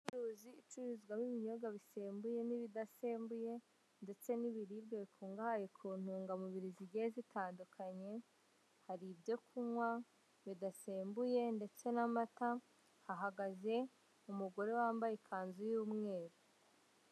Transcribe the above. Inzu y'ubucuruzi icururizwamo ibinyobwa bisembuye n'ibidasembuye ndetse n'ibiribwa bikungahaye ku ntungamubiri zigiye zitandukanye, hari ibyokunywa bidasembuye, ndetse n'amata, hahagaze umugore wambaye ikanzu y'umweru.